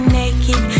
naked